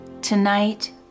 Tonight